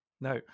Now